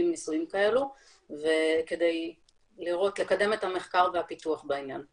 בטיחות בדרכים במדינת ישראל ובכלל ולקחנו את זה מתוך